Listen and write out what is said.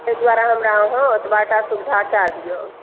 एहि दुआरे हमरा अहाँ ओतबा टा सुविधा कए दियऽ